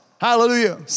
Hallelujah